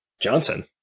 Johnson